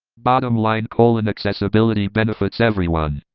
bottom-line, colon, accessibility benefits everyone.